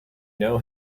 know